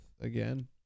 again